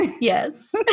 Yes